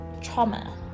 trauma